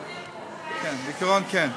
למשפחות,